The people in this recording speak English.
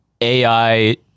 AI